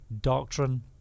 doctrine